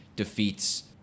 Defeats